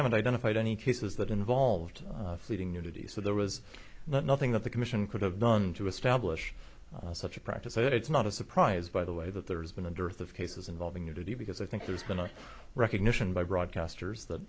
haven't identified any cases that involved fleeting nudity so there was nothing that the commission could have done to establish such a practice so it's not a surprise by the way that there has been a dearth of cases involving nudity because i think there's been a recognition by broadcasters that